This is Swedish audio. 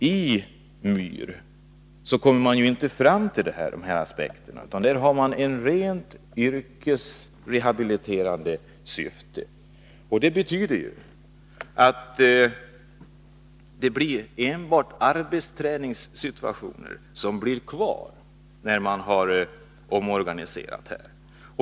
I NYR tar man ju inte upp dessa aspekter, utan där har man ett rent yrkesrehabiliterande syfte. Det betyder att enbart arbetsträningssituationer blir kvar när man har omorganiserat.